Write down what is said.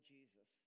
Jesus